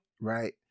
right